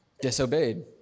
disobeyed